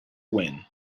win